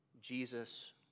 Jesus